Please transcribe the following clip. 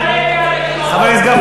אתה מעלה את יעד הגירעון,